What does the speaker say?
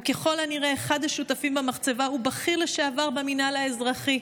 וככל הנראה אחד השותפים במחצבה הוא בכיר לשעבר במינהל האזרחי.